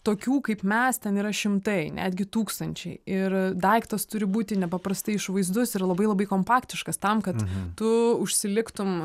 tokių kaip mes ten yra šimtai netgi tūkstančiai ir daiktas turi būti nepaprastai išvaizdus ir labai labai kompaktiškas tam kad tu užsiliktum